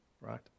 right